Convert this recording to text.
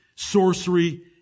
Sorcery